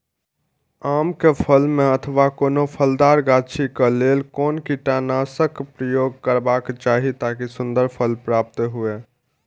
आम क फल में अथवा कोनो फलदार गाछि क लेल कोन कीटनाशक प्रयोग करबाक चाही ताकि सुन्दर फल प्राप्त हुऐ?